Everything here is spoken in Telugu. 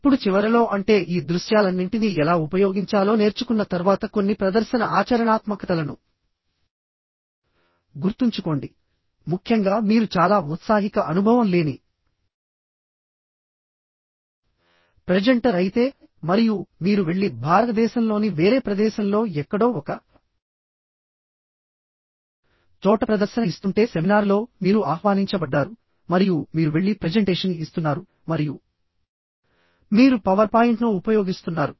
ఇప్పుడు చివరలో అంటే ఈ దృశ్యాలన్నింటినీ ఎలా ఉపయోగించాలో నేర్చుకున్న తర్వాత కొన్ని ప్రదర్శన ఆచరణాత్మకతలను గుర్తుంచుకోండిముఖ్యంగా మీరు చాలా ఔత్సాహిక అనుభవం లేని ప్రెజెంటర్ అయితే మరియు మీరు వెళ్లి భారతదేశంలోని వేరే ప్రదేశంలో ఎక్కడో ఒక చోట ప్రదర్శన ఇస్తుంటే సెమినార్లో మీరు ఆహ్వానించబడ్డారు మరియు మీరు వెళ్లి ప్రెజెంటేషన్ ఇస్తున్నారు మరియు మీరు పవర్ పాయింట్ను ఉపయోగిస్తున్నారు